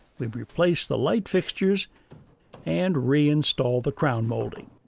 we replace the light fixtures and reinstall the crown molding.